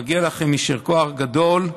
מגיע לכן יישר כוח גדול.